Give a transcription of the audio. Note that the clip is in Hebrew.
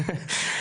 בצחוק.